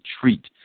treat